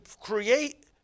create